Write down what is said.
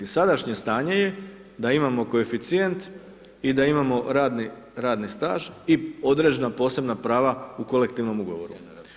Sadašnje stanje je da imamo koeficijent i da imamo radni staž i određena posebna prava u Kolektivnom ugovoru.